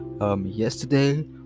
Yesterday